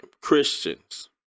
Christians